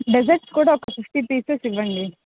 desserts కూడా ఒక fifty pieces ఇవ్వండి